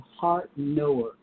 heart-knower